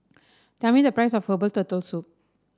tell me the price of Herbal Turtle Soup